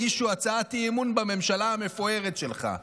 הגישו הצעת אי-אמון בממשלה המפוארת שלך.